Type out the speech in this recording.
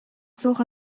суох